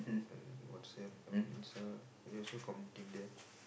and WhatsApp I mean Insta we also communicating there